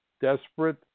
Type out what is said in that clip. desperate